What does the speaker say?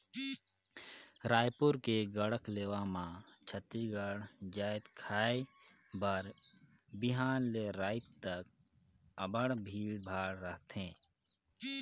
रइपुर के गढ़कलेवा म छत्तीसगढ़ जाएत खाए बर बिहान ले राएत तक अब्बड़ भीड़ भाड़ रहथे